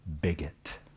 bigot